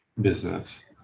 business